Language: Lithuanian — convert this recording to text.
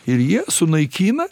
ir jie sunaikina